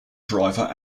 driver